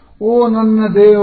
ಓ ನನ್ನ ದೇವರೇ